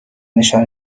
نشان